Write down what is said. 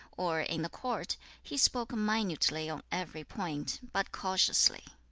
or in the court, he spoke minutely on every point, but cautiously.